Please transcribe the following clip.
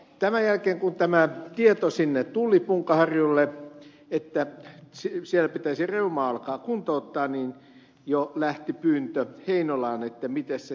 tämän jälkeen kun tämä tieto tuli punkaharjulle että siellä pitäisi reumaa alkaa kuntouttaa niin jo lähti pyyntö heinolaan että miten se tehdään